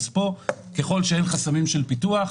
ככל שאין חסמים של פיתוח,